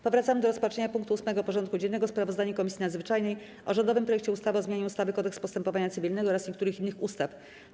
Powracamy do rozpatrzenia punktu 8. porządku dziennego: Sprawozdanie Komisji Nadzwyczajnej o rządowym projekcie ustawy o zmianie ustawy - Kodeks postępowania cywilnego oraz niektórych innych ustaw.